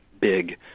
big